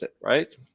right